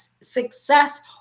success